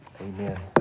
Amen